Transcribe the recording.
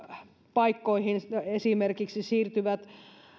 paikkoihin siirtyvät esimerkiksi